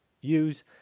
use